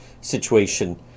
situation